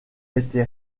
été